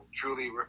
truly